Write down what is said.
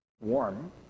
warm